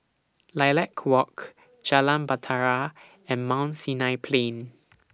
Lilac Walk Jalan Bahtera and Mount Sinai Plain